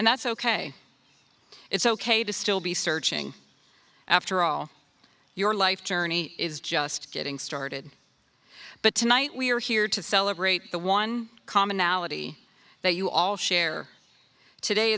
and that's ok it's ok to still be searching after all your life journey is just getting started but tonight we are here to celebrate the one commonality that you all share today